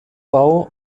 bau